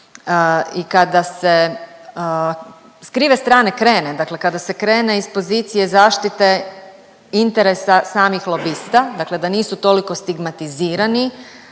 i kada se s krive strane krene, dakle kada se krene iz pozicije zaštite interesa samih lobista, dakle da nisu toliko stigmatizirani,